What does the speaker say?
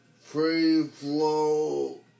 free-flow